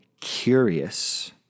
curious